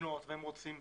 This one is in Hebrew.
לבנות ולאשר